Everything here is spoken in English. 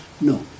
no